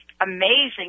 amazing